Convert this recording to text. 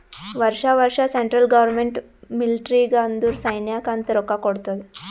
ವರ್ಷಾ ವರ್ಷಾ central government ಮಿಲ್ಟ್ರಿಗ್ ಅಂದುರ್ ಸೈನ್ಯಾಕ್ ಅಂತ್ ರೊಕ್ಕಾ ಕೊಡ್ತಾದ್